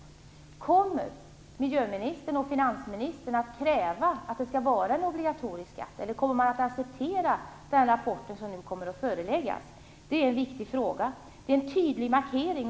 Kommer miljöministern och finansministern att kräva att det skall vara en obligatorisk skatt, eller kommer man att acceptera den rapport som nu kommer att föreläggas? Det är en viktig fråga. Det är en tydlig markering.